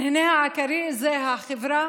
הנהנים העיקריים זה החברה